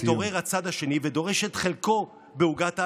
"מתעורר הצד השני ודורש את חלקו בעוגת ההנהגה.